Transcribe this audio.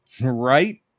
Right